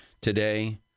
Today